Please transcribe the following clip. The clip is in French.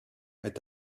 est